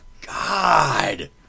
God